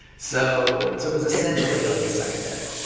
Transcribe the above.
so so it was essentially like a second edit.